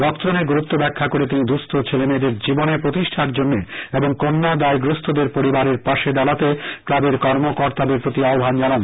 রক্তদানের গুরুত্ব ব্যাখ্যা করে তিনি দুস্থ ছেলে মেয়েদের জীবনে প্রতিষ্ঠার জন্যে এবং কন্যা দায়গ্রস্তদের পরিবারদের পাশে দাঁডাতে ক্লাবের কর্মকর্তাদের প্রতি আহবান জানান